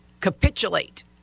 capitulate